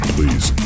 Please